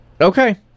Okay